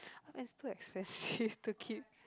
ah that's too expensive to keep